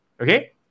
okay